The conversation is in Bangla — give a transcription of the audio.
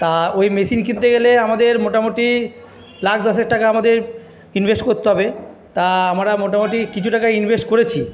তা ওই মেশিন কিনতে গেলে আমাদের মোটামুটি লাখ দশেক টাকা আমাদের ইনভেস্ট করতে হবে তা আমরা মোটামুটি কিছু টাকা ইনভেস্ট করেছি